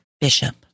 Bishop